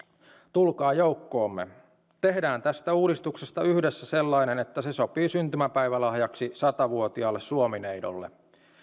tulkaa joukkoomme tehdään tästä uudistuksesta yhdessä sellainen että se sopii syntymäpäivälahjaksi sata vuotiaalle suomi neidolle